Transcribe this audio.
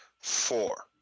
four